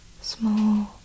small